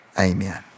Amen